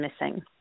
missing